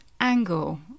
angle